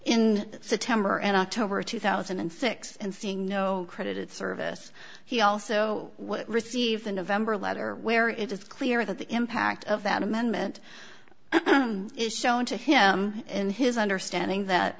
in september and october two thousand and six and seeing no credit service he also received a november letter where it is clear that the impact of that amendment is shown to him in his understanding that